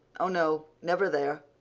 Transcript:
oh, no, never there!